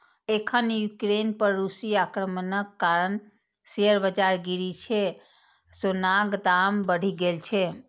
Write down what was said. एखन यूक्रेन पर रूसी आक्रमणक कारण शेयर बाजार गिरै सं सोनाक दाम बढ़ि गेल छै